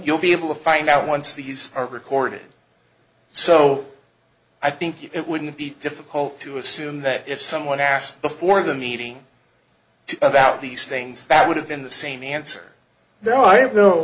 you'll be able to find out once these are recorded so i think it wouldn't be difficult to assume that if someone asked before the meeting about these things that would have been the same answer no i have no